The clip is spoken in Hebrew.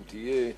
אם תהיה,